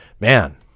man